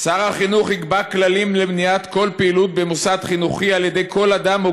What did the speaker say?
שר החינוך יקבע כללים למניעת כל פעילות במוסד חינוכי על-ידי כל אדם או